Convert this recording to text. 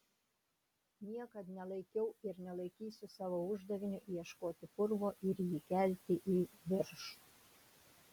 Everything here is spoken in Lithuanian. niekad nelaikiau ir nelaikysiu savo uždaviniu ieškoti purvo ir jį kelti į viršų